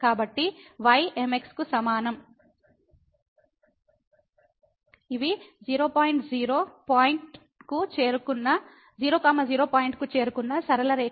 కాబట్టి y mx కు సమానం ఇవి 00 పాయింట్ కు చేరుకున్న సరళ రేఖలు